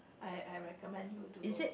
I I recommend you to go